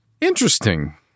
Interesting